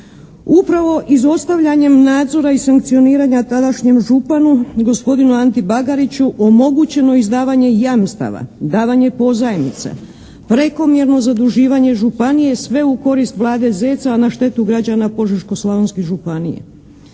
Upravo izostavljanjem nadzora i sankcioniranja tadašnjem županu, gospodinu Anti Bagariću omogućeno je izdavanje jamstava, davanje pozajmice, prekomjerno zaduživanje županije sve u korist Vlade Zeca, a na štetu građana Požeško-slavonske županije.